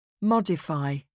Modify